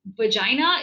vagina